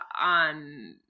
on